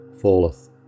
falleth